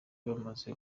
bamaze